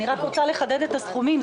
אני רק רוצה לחדד את הסכומים.